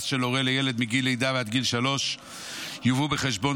של הורה לילד מגיל לידה ועד גיל שלוש יובאו בחשבון